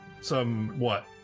somewhat